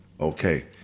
okay